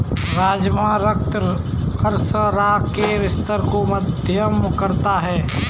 राजमा रक्त शर्करा के स्तर को मध्यम करता है